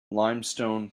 limestone